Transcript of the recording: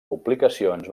publicacions